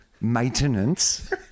maintenance